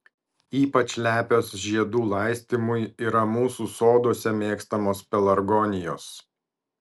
ypač lepios žiedų laistymui yra mūsų soduose mėgstamos pelargonijos